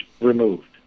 removed